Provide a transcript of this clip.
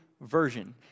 version